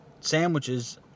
sandwiches